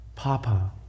Papa